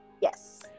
Yes